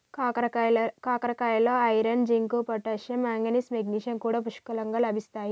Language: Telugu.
కాకరకాయలో iron, zinc, potassium, manganese, magnesium కూడా పుష్కలంగా లభిస్తాయి